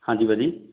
ਹਾਂਜੀ ਭਾਅ ਜੀ